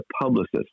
publicist